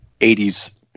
80s